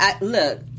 look